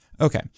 Okay